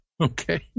Okay